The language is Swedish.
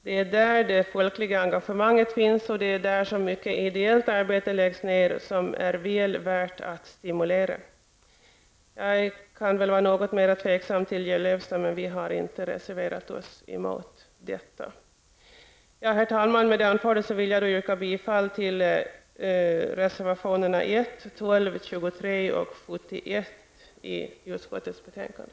Det är där det folkliga engagemanget finns och det är där mycket ideellt arbete som är väl värt att stimulera läggs ned. Jag är något mer tveksam till anslaget till Gällöfsta kursgård, men jag har inte reserverat mig mot det. Herr talman! Med det anförda yrkar jag bifall till reservationerna 1, 12, 23 och 71 i utskottets betänkande.